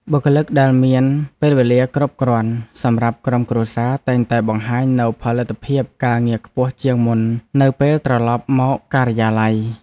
បុគ្គលិកដែលមានពេលវេលាគ្រប់គ្រាន់សម្រាប់ក្រុមគ្រួសារតែងតែបង្ហាញនូវផលិតភាពការងារខ្ពស់ជាងមុននៅពេលត្រឡប់មកការិយាល័យ។